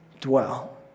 dwell